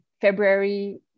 February